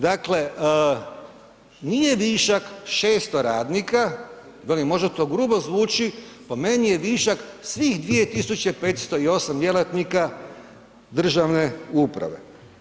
Dakle, nije višak 600 radnika, velim možda to grubo zvuči, po meni je višak svih 2.508 djelatnika državne uprave.